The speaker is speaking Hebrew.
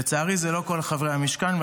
לצערי, זה לא כל חברי המשכן.